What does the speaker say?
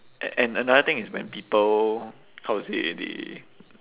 a~ and another thing is when people how to say they